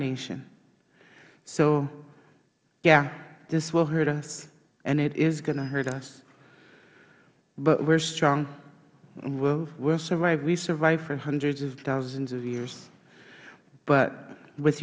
nation so yeah this will hurt us and it is going to hurt us but we are strong we will survive we survived for hundreds of thousands of years but w